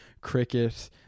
cricket